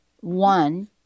One